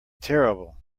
terrible